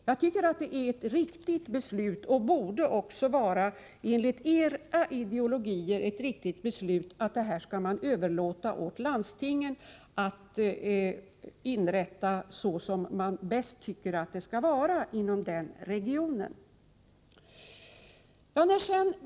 Jag tycker att det är ett riktigt beslut — och det borde det också vara enligt era ideologier — att man överlåter åt landstingen att utforma det såsom de tycker att det skall vara inom deras region.